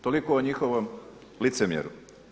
Toliko o njihovom licemjeru.